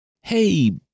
Hey